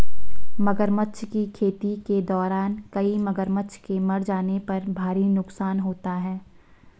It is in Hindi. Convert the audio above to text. मगरमच्छ की खेती के दौरान कई मगरमच्छ के मर जाने पर भारी नुकसान होता है